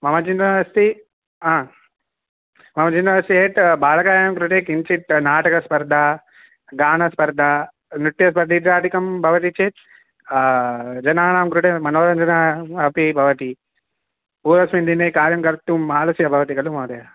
मम चिन्ता नास्ति हा मम चिन्ता नास्ति यत् बालकानां कृते किञ्चित् नाटकस्पर्धा गाणस्पर्धा नृत्यस्पर्धा इत्यादिकं भवति चेत् जनानां कृते मनोरञ्जना अपि भवति पूर्वस्मिन् दिने कार्यं कर्तुम् आलस्यं भवति खलु महोदय